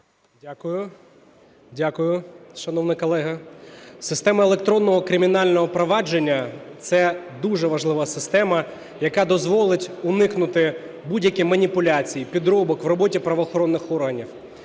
Дякую. Дякую, шановний колего. Система електронного кримінального провадження – це дуже важлива система, яка дозволить уникнути будь-яких маніпуляцій, підробок в роботі правоохоронних органів.